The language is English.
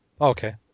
Okay